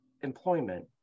employment